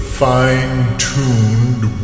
fine-tuned